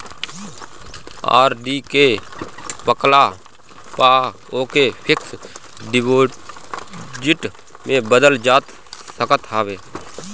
RD के पकला पअ ओके फिक्स डिपाजिट में बदल जा सकत हवे